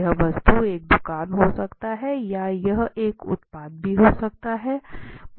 यह वस्तु एक दुकान हो सकता है या यह एक उत्पाद भी हो सकता है